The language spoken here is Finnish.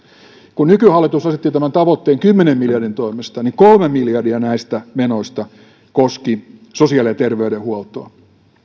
kun nykyhallitus asetti tavoitteen kymmenen miljardin toimesta niin kolme miljardia näistä menoista koski sosiaali ja terveydenhuoltoa